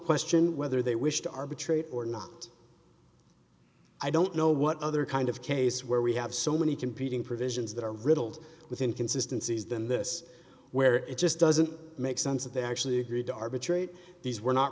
question whether they wish to arbitrate or not i don't know what other kind of case where we have so many competing provisions that are riddled with inconsistency is then this where it just doesn't make sense that they actually agreed to arbitrate these were not